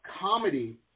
comedy